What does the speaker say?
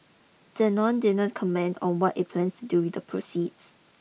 Danone didn't comment on what it plans to do with the proceeds